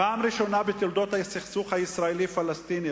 פעם ראשונה בתולדות הסכסוך הישראלי-הערבי